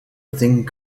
thing